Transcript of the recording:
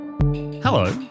Hello